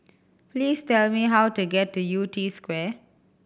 please tell me how to get to Yew Tee Square